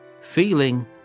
Feeling